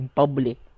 public